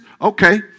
Okay